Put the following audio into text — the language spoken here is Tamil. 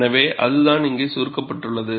எனவே அதுதான் இங்கே சுருக்கப்பட்டுள்ளது